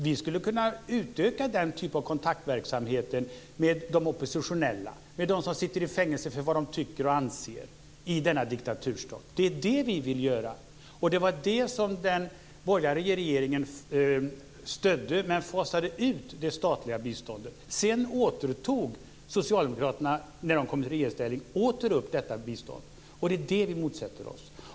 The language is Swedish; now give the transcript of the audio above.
Vi skulle kunna utöka den typen av kontaktverksamhet med de oppositionella, med de som sitter i fängelse för vad de tycker och anser i denna diktaturstat. Det är detta som vi vill göra. Det var det som den borgerliga regeringen stödde samtidigt som man fasade ut det statliga biståndet. När Socialdemokraterna kom i regeringsställning återinfördes detta bistånd. Det är det som vi motsätter oss.